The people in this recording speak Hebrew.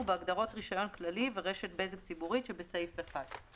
בהגדרות "רישיון כללי" ו"רשת בזק ציבורית" שבסעיף 1."